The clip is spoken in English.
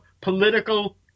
political